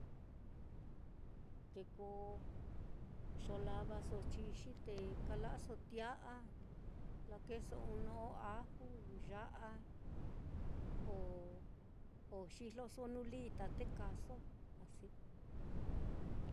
Te ko xolava chixi, te kala'aso tia'a, lakeso ɨ́ɨ́n no'o aju, ya'a o o xijloso nuu lita te kaaso asi.